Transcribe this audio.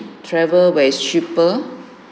travel where is cheaper